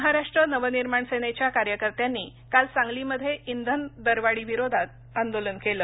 महाराष्ट्र नव निर्माण सेनेच्या कार्यकर्त्यांनी काल सांगलीमध्ये इंधन दरवाढीविरोधात आंदोलन केलं